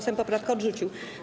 Sejm poprawkę odrzucił.